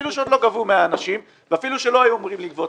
אפילו שעוד לא גבו מהאנשים ואפילו שלא היו אמורים לגבות